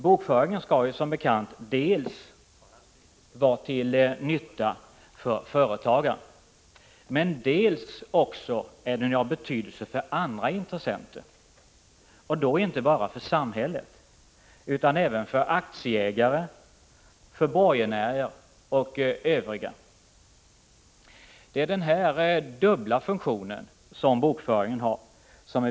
Bokföringen skall som bekant vara till nytta för företagaren, men den är dessutom av betydelse för andra intressenter och då inte bara för samhället, utan även för aktieägare, borgenärer och andra. Det viktiga är denna dubbla funktion som bokföringen har.